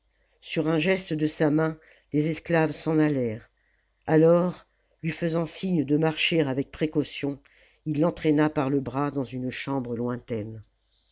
sur un geste de sa main les esclaves s'en allèrent alors lui faisant signe de marcher avec précaution il l'entraîna par le bras dans une chambre lointaine